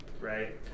Right